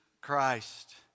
Christ